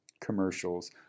commercials